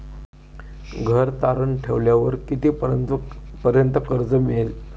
घर तारण ठेवल्यावर कितीपर्यंत कर्ज मिळेल?